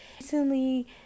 Recently